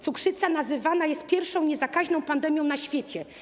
Cukrzyca nazywana jest pierwszą niezakaźną pandemią na świecie.